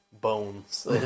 bones